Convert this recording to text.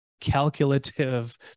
calculative